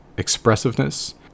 expressiveness